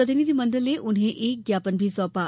प्रतिनिधि मंडल ने उन्हें एक ज्ञापन भी सौंपा